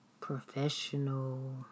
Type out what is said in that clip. professional